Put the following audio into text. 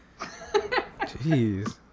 Jeez